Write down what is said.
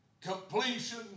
Completion